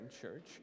church